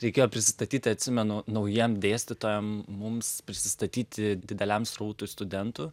reikėjo prisistatyti atsimenu naujiem dėstytojam mums prisistatyti dideliam srautui studentų